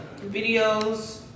Videos